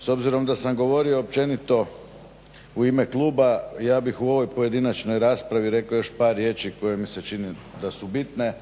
s obzirom da sam govorio općenito u ime kluba ja bih u ovoj pojedinačnoj raspravi rekao još par riječi koje mi se čine da su bitne